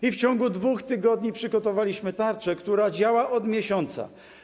I w ciągu 2 tygodni przygotowaliśmy tarczę, która działa od miesiąca.